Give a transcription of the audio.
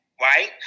right